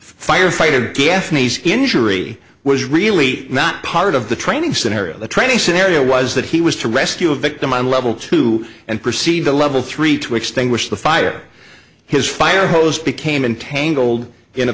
firefighter gaffney's injury was really not part of the training scenario the training scenario was that he was to rescue a victim on level two and proceed to level three to extinguish the fire his fire hose became entangled in a